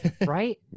right